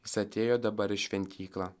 jis atėjo dabar į šventyklą